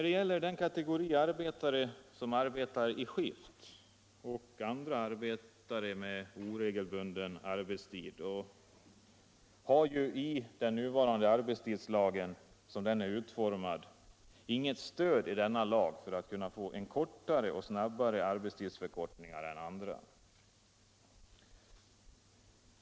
Den kategori som arbetar i skift och andra arbetare med oregelbunden arbetstid har i arbetstidslagen, sådan som den nu är utformad, inget stöd för att kunna få en snabbare arbetstidsförkortning än andra kategorier.